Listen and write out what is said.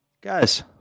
guys